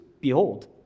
behold